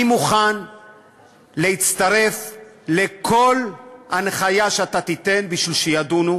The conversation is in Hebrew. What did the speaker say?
אני מוכן להצטרף לכל הנחיה שאתה תיתן כדי שידונו